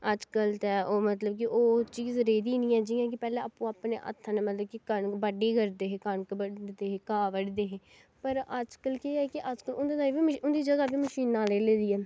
अज्ज कल ते ओह् मतलब कि ओह् चीज रेही दी ई निं ऐ जि'यां कि पैह्लें आपूं आपूं अपने हत्थें कन्नै मतलब कि कनक बाड्ढी करदे हे कनक बड्ढदे हे घाऽ बड्ढदे हे पर अज्ज कल केह् ऐ कि अज्ज कल उंदी ताहीं बी उंदी जगह बी मशीनां लेई लेदी ऐ